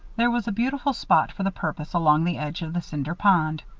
there was a beautiful spot for the purpose along the edge of the cinder pond.